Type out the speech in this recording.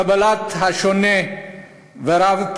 קבלת השונה ורב-תרבותיות.